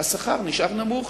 אך השכר נשאר נמוך,